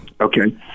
Okay